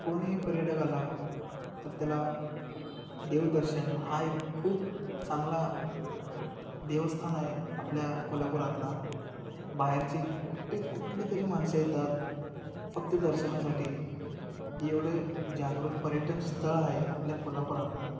कोणीही पर्यटक आला तर त्याला देवदर्शन हा एक खूप चांगला देवस्थान आहे आपल्या कोल्हापुरातला बाहेरचे कुठे कुठले तरी माणसं येतात फक्त दर्शनासाठी एवढे जागृत पर्यटनस्थळ आहे आपल्या कोल्हापुरातला